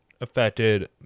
affected